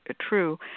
true